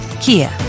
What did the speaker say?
Kia